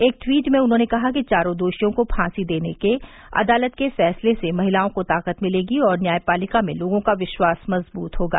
एक ट्वीट में उन्होंने कहा कि चारों दोषियों को फांसी देने के अदालत के फैसले से महिलाओं को ताकत मिलेगी और न्यायपालिका में लोगों का विश्वास मजबूत होगा